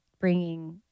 bringing